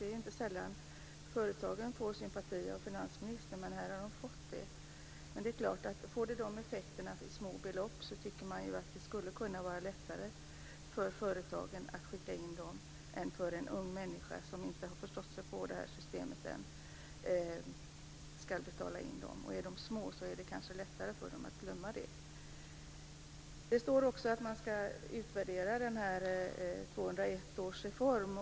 Det är inte ofta företagen får sympati från finansministern, men här har de fått det. Om hantering av små belopp får sådana här effekter borde det väl vara lättare för företagen att betala in dem än för en ung människa som inte har förstått systemet än. Om det är små belopp är det lättare för ungdomarna att glömma dem. I svaret sägs också att man ska utvärdera 2001 års reform.